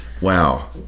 Wow